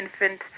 infant